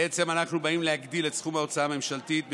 בעצם אנחנו באים להגדיל את מגבלת ההוצאה לשנת